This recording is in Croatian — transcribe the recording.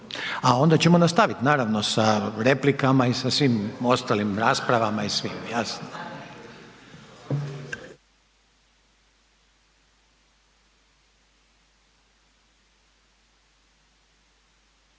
A onda ćemo nastaviti naravno sa replikama i sa svim ostalim raspravama i svim,